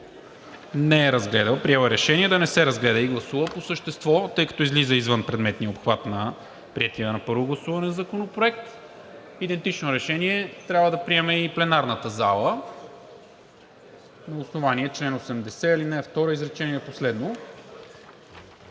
не е разгледала. Приела е решение да не се разгледа и гласува по същество, тъй като излиза извън предметния обхват на приетия на първо гласуване законопроект. Идентично решение трябва да приеме и пленарната зала на основание чл. 80, ал. 2, изречение последно,